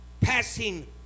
Passing